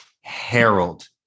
Harold